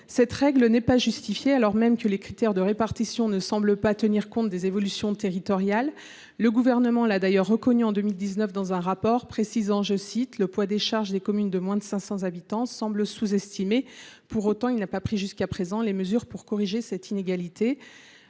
Cette règle n’est pas justifiée, alors même que les critères de répartition ne semblent pas tenir compte des évolutions territoriales. Le Gouvernement l’a d’ailleurs reconnu, en 2019, dans un rapport précisant que « le poids des charges des communes de moins de 500 habitants semble sous estimé ». Pour autant, il n’a jusqu’à présent pas pris les mesures pour corriger cette inégalité.